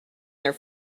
their